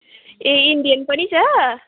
ए Indian पनि छ